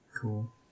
Cool